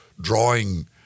drawing